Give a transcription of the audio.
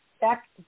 back